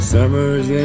Summer's